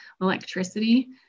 electricity